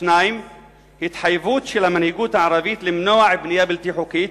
2. התחייבות של המנהיגות הערבית למנוע בנייה בלתי חוקית,